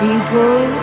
People